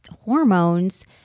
hormones